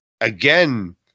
Again